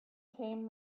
came